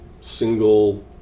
single